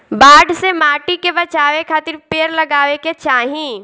बाढ़ से माटी के बचावे खातिर पेड़ लगावे के चाही